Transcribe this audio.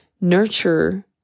nurture